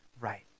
right